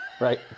Right